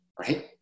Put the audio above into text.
right